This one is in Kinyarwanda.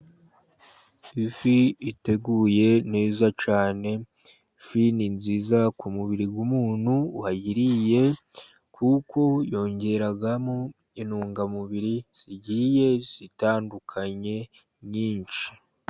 Ifi iteguye neza cyane. Ifi ni nziza ku mubiri w'umuntu wayiriye kuko yongeramo intungamubiri zigiye zitandukanye nyinshi.